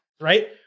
Right